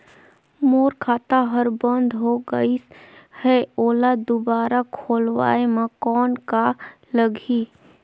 मोर खाता हर बंद हो गाईस है ओला दुबारा खोलवाय म कौन का लगही?